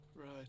Right